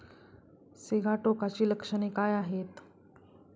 सिगाटोकाची लक्षणे काय आहेत?